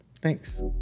Thanks